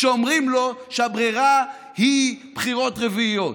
כשאומרים לו שהברירה היא בחירות רביעיות.